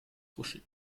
wuschig